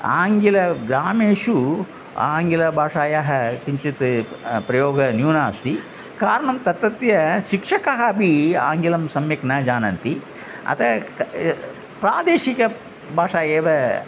आङ्ग्लग्रामेषु आङ्ग्लभाषायाः किञ्चित् प्रयोगः न्यूनम् अस्ति कारणं तत्रत्य शिक्षकः अपि आङ्ग्लं सम्यक् न जानन्ति अतः प्रादेशिकभाषा एव